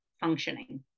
functioning